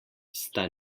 sta